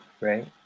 right